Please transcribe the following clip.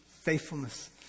faithfulness